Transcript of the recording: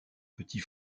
petit